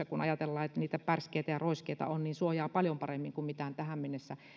kun ajatellaan että hammashoitotyössä niitä pärskeitä ja roiskeita on niin se suojaa paljon paremmin kuin tähän mennessä